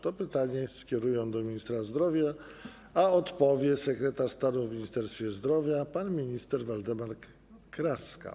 To pytanie jest skierowane do ministra zdrowia, a odpowie na nie sekretarz stanu w Ministerstwie Zdrowia pan minister Waldemar Kraska.